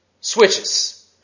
switches